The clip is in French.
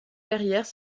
verrières